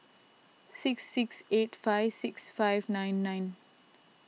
six six eight five six five nine nine